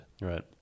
Right